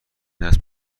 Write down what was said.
نسل